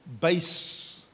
base